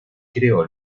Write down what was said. creó